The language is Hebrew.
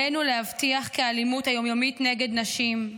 עלינו להבטיח כי האלימות היום-יומית נגד נשים,